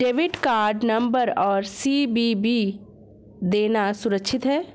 Debit card number और CVV देना सुरक्षित है?